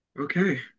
Okay